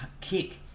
kick